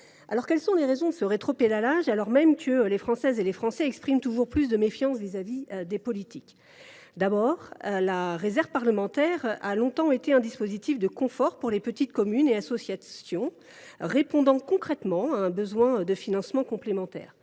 Quelles sont donc les raisons de ce rétropédalage, au moment même où les Français expriment toujours plus de méfiance vis à vis des politiques ? D’abord, la réserve parlementaire a longtemps été un dispositif de confort pour les petites communes et associations, qui a permis de répondre concrètement à un besoin de financement complémentaire.